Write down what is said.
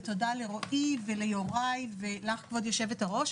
ותודה לרועי וליוראי ולך כבוד היו"ר,